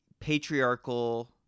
patriarchal